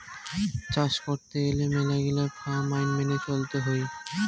চাস করত গেলে মেলাগিলা ফার্ম আইন মেনে চলত হই